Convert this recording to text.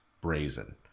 brazen